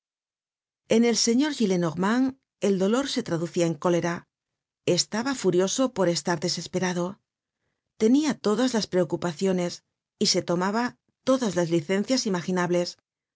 en el señor gillenormand el dolor se traducia en cólera estaba furioso por estar desesperado tenia todas las preocupaciones y se tomaba todas las licencias imaginables